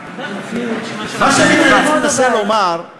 מה שאני מנסה לומר זה